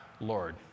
Lord